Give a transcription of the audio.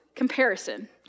comparison